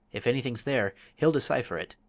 if anything's there, he'll decipher it.